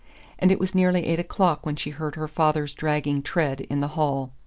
and it was nearly eight o'clock when she heard her father's dragging tread in the hall.